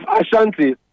Ashanti